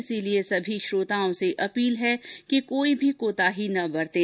इसलिए सभी श्रोताओं से अपील है कि कोई भी कोताही न बरतें